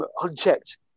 unchecked